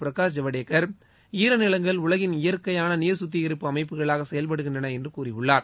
பிரகாஷ் ஜவடேகர்சரநிலங்கள் உலகின் இயற்கையான நீர் சுத்திரிப்பு அமைப்புகளாக செயல்படுகின்றன என்று கூறியுள்ளார்